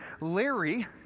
Larry